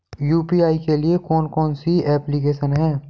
UPI के लिए कौन कौन सी एप्लिकेशन हैं?